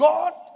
God